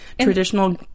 traditional